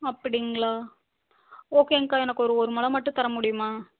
அப்படிங்ளா ஓகேங்க்கா எனக்கு ஒரு ஒரு முழம் மட்டும் தர முடியுமா